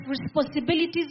responsibilities